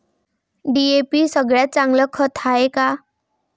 DAP सगळ्यात चांगलं खत हाये का?